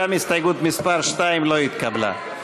גם הסתייגות מס' 2 לא התקבלה.